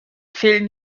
fehlen